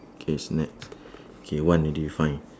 K snacks K one already find